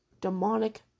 demonic